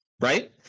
right